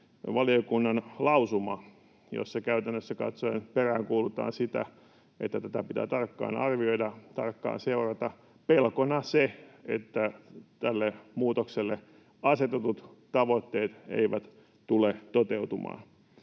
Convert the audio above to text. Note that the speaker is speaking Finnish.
valiokunnan lausuma, jossa käytännössä katsoen peräänkuulutetaan sitä, että tätä pitää tarkkaan arvioida, tarkkaan seurata pelkona se, että tälle muutokselle asetetut tavoitteet eivät tule toteutumaan.